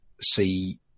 see